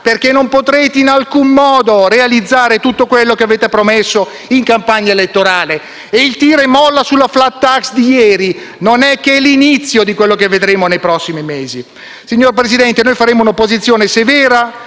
perché non potrete in alcun modo realizzare tutto quello che avete promesso in campagna elettorale. Il tira e molla sulla *flat tax* di ieri non è che l'inizio di quello che vedremo nei prossimi mesi. Signor Presidente, noi faremo un'opposizione severa